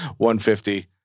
150